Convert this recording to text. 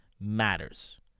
matters